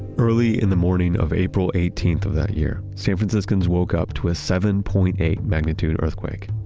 early in the morning of april eighteenth of that year, san franciscans woke up to a seven point eight magnitude earthquake.